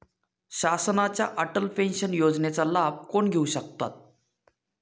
शासनाच्या अटल पेन्शन योजनेचा लाभ कोण घेऊ शकतात?